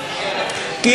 כי,